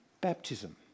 baptism